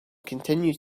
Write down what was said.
continue